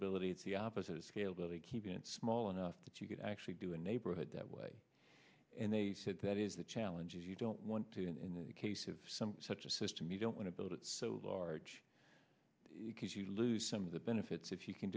ability it's the opposite scale they keep it small enough that you could actually do a neighborhood that way and they said that is the challenge if you don't want to in case of some such a system you don't want to build it so large if you lose some of the benefits if you can